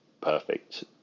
perfect